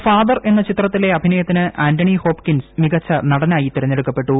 the Father എന്ന ചിത്രത്തിലെ അഭിനയത്തിന് ആന്റണി ഹോപ്ക്കിൻസ് മികച്ച നടനായി തെരഞ്ഞെടുക്കപ്പെട്ടു